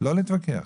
לא להתווכח.